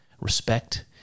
respect